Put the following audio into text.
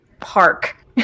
park